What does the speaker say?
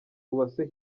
uwase